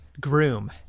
groom